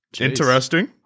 Interesting